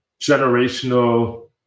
generational